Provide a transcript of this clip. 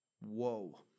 Whoa